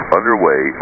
Underway